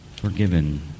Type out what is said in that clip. Forgiven